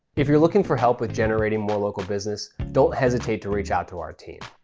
if you're looking for help with generating more local business, don't hesitate to reach out to our team.